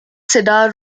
cedar